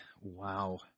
Wow